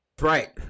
Right